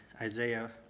Isaiah